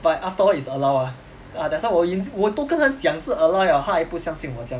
but after all is allow ah ah that's why 我因我都跟他讲是 allow liao 他还不相信我这样